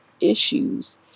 issues